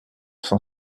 cent